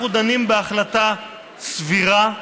אנחנו דנים בהחלטה סבירה,